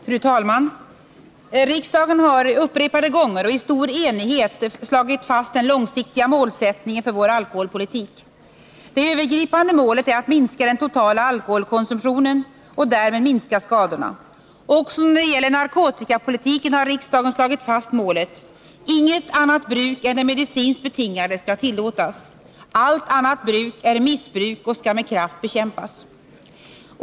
Fru talman! Riksdagen har upprepade gånger och i stor enighet slagit fast den långsiktiga målsättningen för vår alkoholpolitik. Det övergripande målet är att minska den totala alkoholkonsumtionen och därmed minska skadorna. Också när det gäller narkotikapolitiken har riksdagen slagit fast målet: Inget annat bruk än det medicinskt betingade skall tillåtas. Allt annat bruk är missbruk och skall med kraft bekämpas.